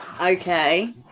Okay